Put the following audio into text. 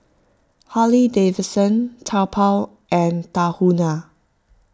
Harley Davidson Taobao and Tahuna